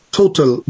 total